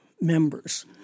members